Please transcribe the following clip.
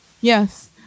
Yes